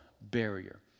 barrier